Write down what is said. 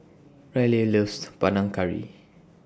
Ryleigh loves Panang Curry